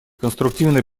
конструктивный